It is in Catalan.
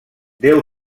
deu